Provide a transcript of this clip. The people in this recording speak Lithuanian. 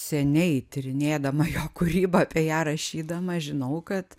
seniai tyrinėdama jo kūrybą apie ją rašydama žinau kad